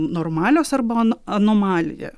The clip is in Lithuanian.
normalios arba an anomalija